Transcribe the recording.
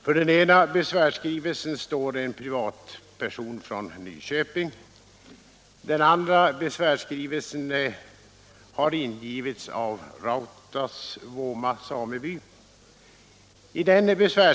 För den ena besvärsskrivelsen står en privatperson från Nyköping. Den andra har ingivits av Rautasvuoma sameby.